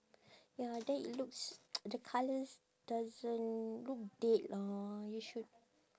ya then it looks the colours doesn't look dead lah you should